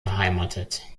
beheimatet